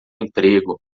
emprego